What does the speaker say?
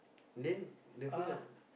then that fellow